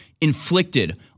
inflicted